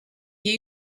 you